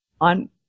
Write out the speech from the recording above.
on